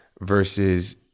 Versus